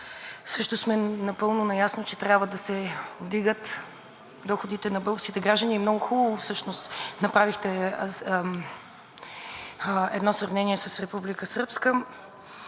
също сме напълно наясно, че трябва да се вдигат доходите на българските граждани и много хубаво всъщност направихте едно сравнение с